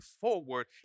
forward